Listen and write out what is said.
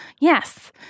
yes